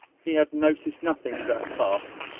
he had noticed nothing that had passed,